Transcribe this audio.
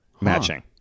matching